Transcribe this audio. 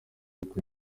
uko